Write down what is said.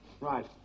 Right